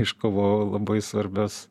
iškovojau labai svarbias